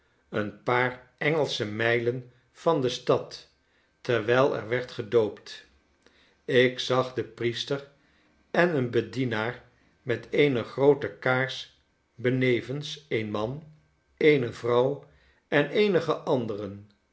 een paar eng mijlen van de stad terwijl er werd gedoopt ik zag den priester en een bedienaar met eene groote kaars benevens een man eene vrouw en eenige anderen